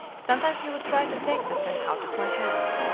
sometimes he would try to take the pen out of my hand.